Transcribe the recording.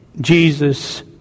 Jesus